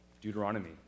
Deuteronomy